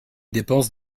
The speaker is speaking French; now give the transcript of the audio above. dépenses